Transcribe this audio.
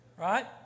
Right